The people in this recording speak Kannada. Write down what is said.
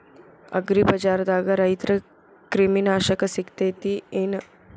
ಅಗ್ರಿಬಜಾರ್ದಾಗ ರೈತರ ಕ್ರಿಮಿ ನಾಶಕ ಸಿಗತೇತಿ ಏನ್?